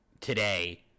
today